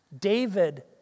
David